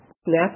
snap